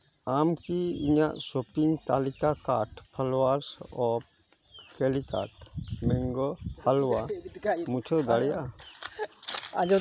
ᱟᱢ ᱠᱤ ᱤᱧᱟᱹᱜ ᱥᱚᱯᱤᱝ ᱛᱟᱹᱞᱤᱠᱟ cart flavours of Calicut mango halwa ᱢᱩᱪᱷᱟᱹᱣ ᱫᱟᱲᱮᱭᱟᱜᱼᱟ